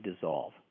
dissolve